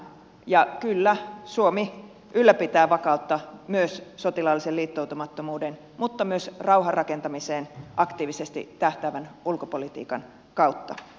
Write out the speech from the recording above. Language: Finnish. ja kyllä suomi ylläpitää vakautta myös sotilaallisen liittoutumattomuuden mutta myös rauhanrakentamiseen aktiivisesti tähtäävän ulkopolitiikan kautta